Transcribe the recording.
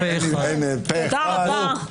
תודה רבה.